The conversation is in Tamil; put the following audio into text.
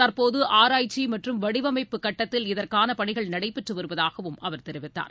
தற்போது ஆராய்ச்சி மற்றும் வடிவமைப்புக் கட்டத்தில் இதற்கான பணிகள் நடைபெற்று வருவதாகவும் அவர் கூறினார்